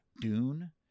Dune